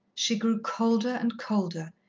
she grew colder and colder,